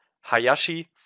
Hayashi